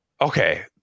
Okay